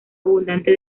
abundante